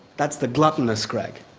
that's the gluttonous greg,